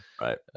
right